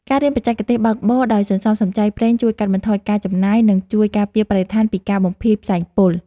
ការរៀនបច្ចេកទេសបើកបរដោយសន្សំសំចៃប្រេងជួយកាត់បន្ថយការចំណាយ និងជួយការពារបរិស្ថានពីការបំភាយផ្សែងពុល។